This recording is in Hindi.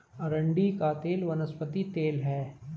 अरंडी का तेल वनस्पति तेल है